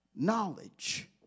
Knowledge